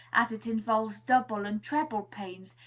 as it involves double and treble pains,